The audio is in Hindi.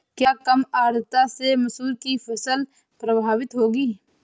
क्या कम आर्द्रता से मसूर की फसल प्रभावित होगी?